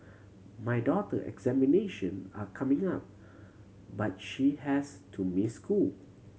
my daughter examination are coming up but she has to miss school